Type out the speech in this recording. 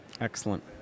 Excellent